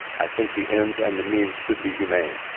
i think the ends and the means should be humane.